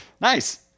Nice